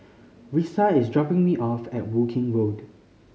Risa is dropping me off at Woking Road